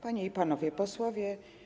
Panie i Panowie Posłowie!